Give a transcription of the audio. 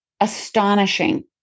astonishing